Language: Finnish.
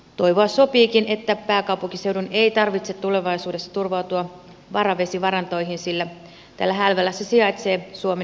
toivoa sopiikin että pääkaupunkiseudun ei tarvitse tulevaisuudessa turvautua varavesivarantoihin sillä täällä hälvälässä sijaitsee suomen ykköspohjavesialue